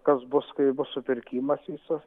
kas bus kai bus supirkimas visus